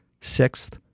Sixth